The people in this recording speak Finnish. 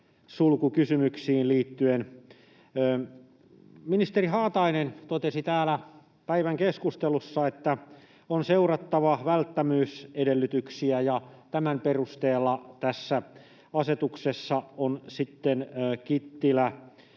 ravintolasulkukysymyksiin liittyen. Ministeri Haatainen totesi täällä päivän keskustelussa, että on seurattava välttämättömyysedellytyksiä, ja tämän perusteella tässä asetuksessa ovat sitten Kittilä